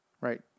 Right